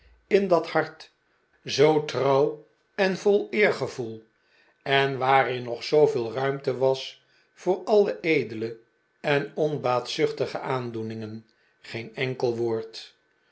in dat hart zoo trouw en vol eergevoel en waarin nog zooveel ruimte was voor alle edele en onbaatzuchtige aandoeningen geen enkel woord